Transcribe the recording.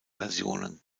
versionen